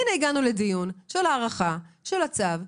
הינה הגיענו לדיון של הארכה של הצו,